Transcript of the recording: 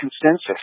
consensus